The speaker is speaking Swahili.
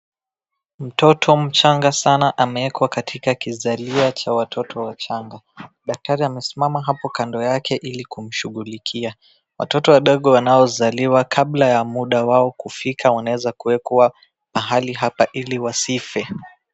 Mtoto mchanga sana ameekwa katika kizaliwa cha watoto wachanga. Daktari amesimama hapo kando yake ili kumshughulikia. Watoto wadogo wanaozaliwa kabla ya muda wao kufika wanaeza kuwekwa pahali hapa ili wasife.